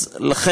אנחנו